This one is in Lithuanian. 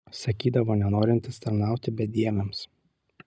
sakydavo nenorintis tarnauti bedieviams